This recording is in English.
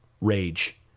rage